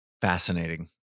Fascinating